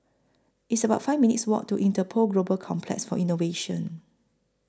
It's about five minutes' Walk to Interpol Global Complex For Innovation